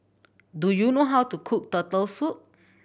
do you know how to cook Turtle Soup